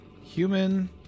Human